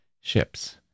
ships